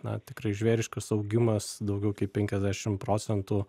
na tikrai žvėriškas augimas daugiau kaip penkiasdešim procentų